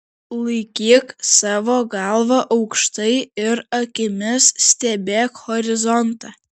laikyk savo galvą aukštai ir akimis stebėk horizontą